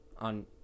on